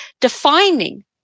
defining